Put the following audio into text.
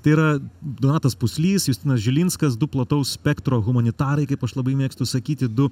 tai yra donatas puslys justinas žilinskas du plataus spektro humanitarai kaip aš labai mėgstu sakyti du